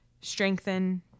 strengthen